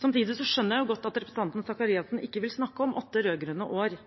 Samtidig skjønner jeg godt at representanten Faret Sakariassen ikke vil snakke om åtte rød-grønne år,